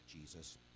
Jesus